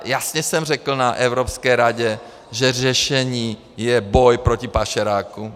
Jasně jsem řekl na Evropské radě, že řešení je boj proti pašerákům.